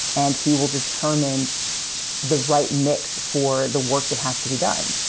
and he will determine the right mix for the work that has to be done.